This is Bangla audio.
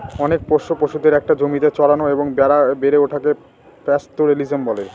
অনেক পোষ্য পশুদের একটা জমিতে চড়ানো এবং বেড়ে ওঠাকে পাস্তোরেলিজম বলে